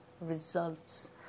results